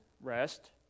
rest